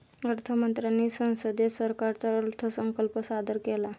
अर्थ मंत्र्यांनी संसदेत सरकारचा अर्थसंकल्प सादर केला